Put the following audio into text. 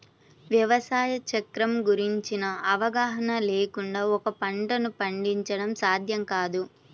వ్యవసాయ చక్రం గురించిన అవగాహన లేకుండా ఒక పంటను పండించడం సాధ్యం కాదు